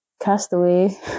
Castaway